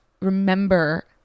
remember